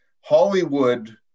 hollywood